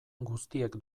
guztiek